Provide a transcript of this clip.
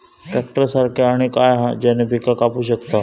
Tractor सारखा आणि काय हा ज्याने पीका कापू शकताव?